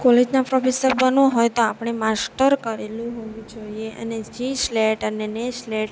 કોલેજના પ્રોફેસર બનવું હોય તો આપણે માસ્ટર કરેલું હોવું જોઈએ અને જી સ્લેટ અને નેટ સ્લેટ